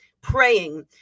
praying